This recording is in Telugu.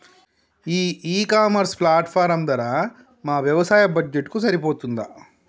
ఈ ఇ కామర్స్ ప్లాట్ఫారం ధర మా వ్యవసాయ బడ్జెట్ కు సరిపోతుందా?